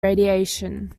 radiation